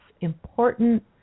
Important